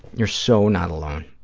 you're so not alone.